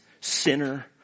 sinner